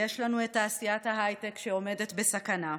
יש לנו את תעשיית ההייטק שעומדת בסכנה,